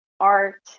art